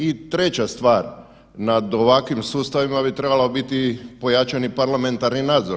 I treća stvar, nad ovakvim sustavima bi trebalo biti pojačani parlamentarni nadzor.